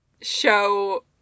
show